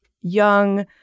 young